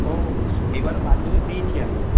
ও এবারে মাধ্যমিক দিয়েছি আমি